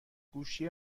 گوشی